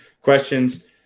questions –